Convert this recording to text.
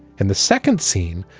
in the second scene.